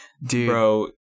bro